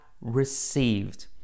received